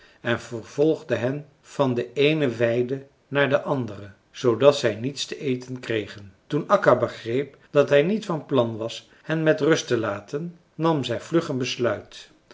en vervolgde hen van de eene weide naar de andere zoodat zij niets te eten kregen toen akka begreep dat hij niet van plan was hen met rust te laten nam zij vlug een besluit